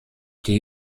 die